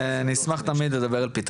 למרות שאני מזכיר שקראנו לזה "נייס